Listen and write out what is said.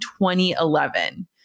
2011